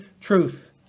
Truth